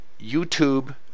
YouTube